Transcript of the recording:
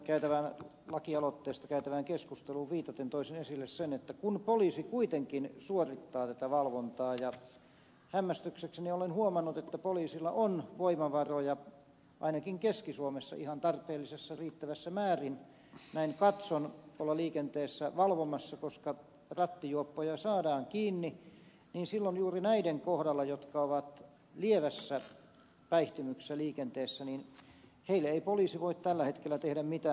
karhulle lakialoitteesta käytävään keskusteluun viitaten toisin esille sen että poliisi kuitenkin suorittaa tätä valvontaa ja hämmästyksekseni olen huomannut että poliisilla on voimavaroja ainakin keski suomessa ihan tarpeellisessa riittävässä määrin näin katson olla tuolla liikenteessä valvomassa koska rattijuoppoja saadaan kiinni ja silloin juuri näiden kohdalla jotka ovat lievässä päihtymyksessä liikenteessä ei poliisi voi tällä hetkellä tehdä mitään